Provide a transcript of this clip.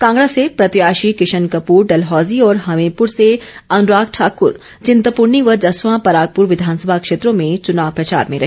कांगड़ा से प्रत्याशी किशन कपूर डलहौजी और हमीरपुर से अनुराग ठाकुर चिंतपूर्णी व जसवां परागपुर विधानसभा क्षेत्रों में चुनाव प्रचार में रहे